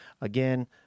again